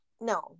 No